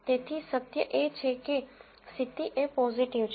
તેથી સત્ય એ છે કે સ્થિતિ એ પોઝીટિવ છે